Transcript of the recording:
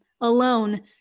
alone